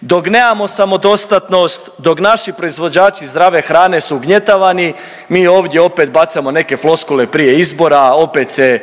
dok nemamo samodostatnost, dok naši proizvođači zdrave hrane su ugnjetavani, mi ovdje opet bacamo neke floskule prije izbora, opet se